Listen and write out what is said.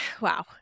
wow